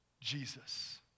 Jesus